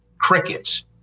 crickets